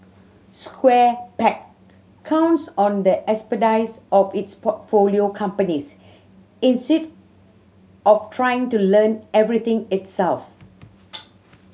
Square Peg counts on the expertise of its portfolio companies instead of trying to learn everything itself